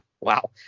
Wow